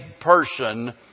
person